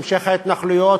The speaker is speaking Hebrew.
המשך ההתנחלויות,